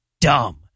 dumb